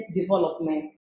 development